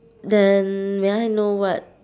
then may I know what